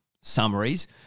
summaries